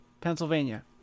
Pennsylvania